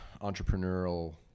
entrepreneurial